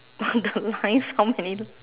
on the lines how many